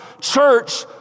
church